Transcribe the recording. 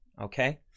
okay